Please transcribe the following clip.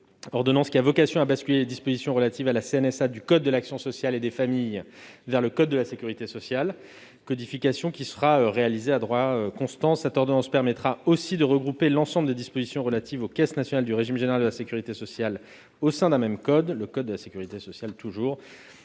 Elle a vocation à basculer les dispositions relatives à la CNSA du code de l'action sociale et des familles vers le code de la sécurité sociale. La codification sera réalisée à droit constant. Cette ordonnance permettra aussi de regrouper l'ensemble des dispositions relatives aux caisses nationales du régime général de la sécurité sociale au sein d'un même code, à savoir le code de la sécurité sociale.